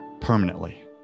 permanently